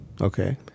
Okay